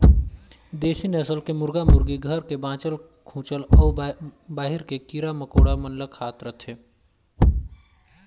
देसी नसल के मुरगा मुरगी घर के बाँचल खूंचल अउ बाहिर के कीरा मकोड़ा मन ल खात रथे